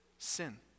Sin